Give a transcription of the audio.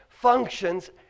Functions